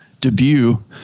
debut